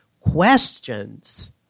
questions